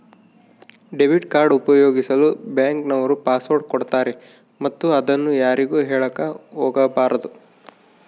debit card ಉಪಯೋಗಿಸಲು bank ನವರು password ಕೊಡ್ತಾರೆ ಮತ್ತು ಅದನ್ನು ಯಾರಿಗೂ ಹೇಳಕ ಒಗಬಾರದು